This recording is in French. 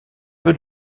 peu